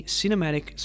cinematic